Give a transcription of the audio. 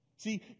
See